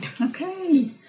Okay